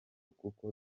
kuko